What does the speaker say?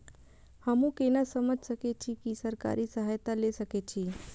हमू केना समझ सके छी की सरकारी सहायता ले सके छी?